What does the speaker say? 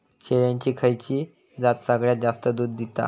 शेळ्यांची खयची जात सगळ्यात जास्त दूध देता?